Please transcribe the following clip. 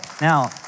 Now